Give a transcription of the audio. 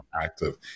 active